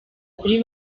kuri